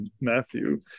Matthew